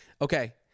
okay